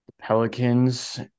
Pelicans